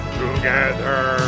together